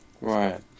Right